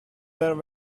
there